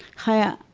chaya,